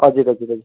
हजुर हजुर हजुर